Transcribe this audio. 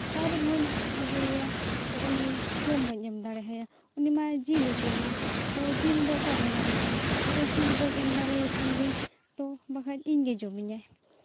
ᱛᱟᱹᱨᱩᱵ ᱦᱚᱸᱧ ᱟᱹᱜᱩᱭᱮᱭᱟ ᱛᱚ ᱩᱱᱤ ᱡᱚᱢ ᱵᱟᱹᱧ ᱮᱢ ᱫᱟᱲᱮ ᱟᱭᱟ ᱩᱱᱤ ᱢᱟ ᱡᱤᱞᱮ ᱡᱚᱢᱟ ᱛᱳ ᱡᱤᱞ ᱫᱚ ᱚᱠᱟᱨᱤᱧ ᱧᱟᱢ ᱟᱭᱟ ᱛᱳ ᱡᱤᱞ ᱵᱟᱹᱧ ᱮᱢ ᱫᱟᱲᱮᱭᱟᱭ ᱠᱷᱟᱱ ᱫᱤᱱ ᱵᱟᱠᱷᱟᱡ ᱤᱧᱜᱮ ᱡᱚᱢᱤᱧᱟᱭ